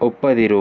ಒಪ್ಪದಿರು